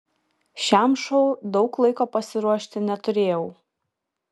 šiam šou daug laiko pasiruošti neturėjau